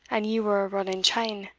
and ye were roland cheyne,